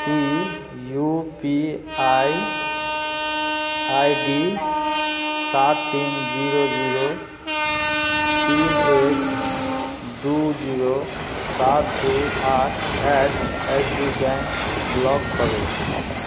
E U P I I D सात तीन zero zero तीन एक दुइ जीरो सात दुइ आठ eight H D bank block करू